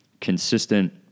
consistent